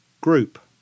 group